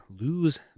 lose